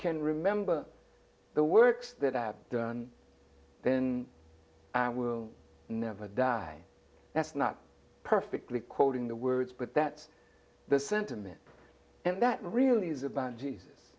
can remember the work that i have done then i will never die that's not perfectly quoting the words but that's the sentiment and that really is about jesus